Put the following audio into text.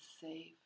safe